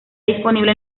disponible